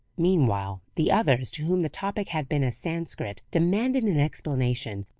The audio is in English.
meanwhile the others, to whom the topic had been as sanscrit, demanded an explanation,